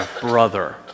brother